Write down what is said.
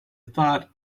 thought